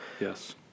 Yes